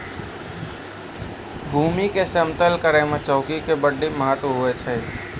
भूमी के समतल करै मे चौकी के बड्डी महत्व हुवै छै